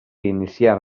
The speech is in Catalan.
iniciar